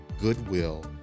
goodwill